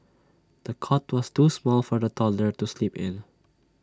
the cot was too small for the toddler to sleep in